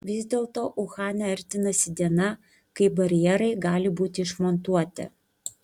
vis dėlto uhane artinasi diena kai barjerai gali būti išmontuoti